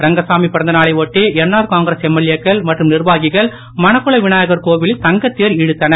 ரங்கசாமி பிறந்தநானை ஒட்டி NR Congress MLA க்கள் மற்றும் நிர்வாகிகள் மணக்குள விநாயகர் கோவிலில் தங்கத்தேர் இழுத்தனர்